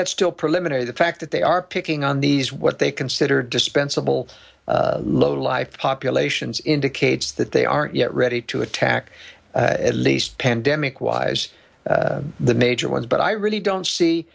that's still preliminary the fact that they are picking on these what they consider dispensable low life populations indicates that they aren't yet ready to attack at least pandemic wise the major ones but i really don't see